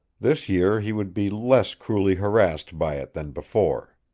this year he would be less cruelly harassed by it than before.